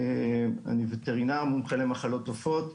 אני ווטרינר מומחה למחלות עופות.